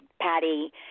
Patty